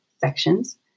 sections